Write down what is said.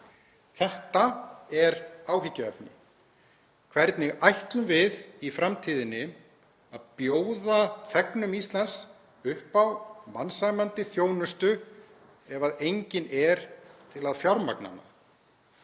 Þetta er áhyggjuefni. Hvernig ætlum við í framtíðinni að bjóða þegnum Íslands upp á mannsæmandi þjónustu ef enginn er til að fjármagna